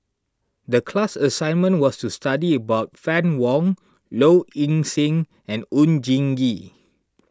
the class assignment was to study about Fann Wong Low Ing Sing and Oon Jin Gee